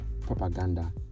propaganda